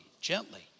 gently